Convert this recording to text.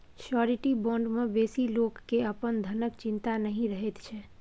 surety bond मे बेसी लोक केँ अपन धनक चिंता नहि रहैत छै